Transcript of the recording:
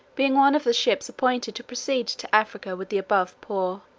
being one of the ships appointed to proceed to africa with the above poor